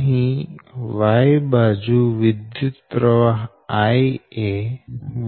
અહી Y બાજુ વિદ્યુતપ્રવાહ IA